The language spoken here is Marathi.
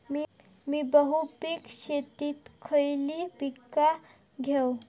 मी बहुपिक शेतीत खयली पीका घेव?